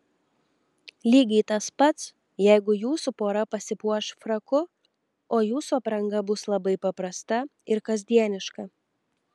lygiai tas pats jeigu jūsų pora pasipuoš fraku o jūsų apranga bus labai paprasta ir kasdieniška